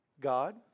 God